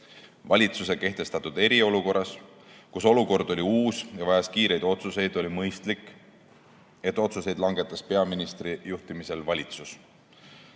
Valitsuse kehtestatud eriolukorras, kus olukord oli uus ja vajas kiireid otsuseid, oli mõistlik, et otsuseid langetas peaministri juhtimisel valitsus.